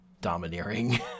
domineering